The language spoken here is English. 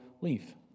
leave